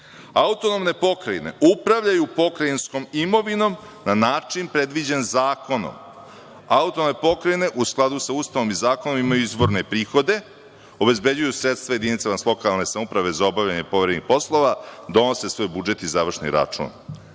autonomne pokrajine upravljaju pokrajinskom imovinom na način predviđen zakonom. Autonomne pokrajine u skladu sa Ustavom i zakonom imaju izvorne prihode, obezbeđuju sredstva jedinicama lokalne samouprave za obavljanje poverenih poslova, donose svoj budžet i završni račun.